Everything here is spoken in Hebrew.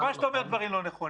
חבל שאתה אומר דברים לא נכונים.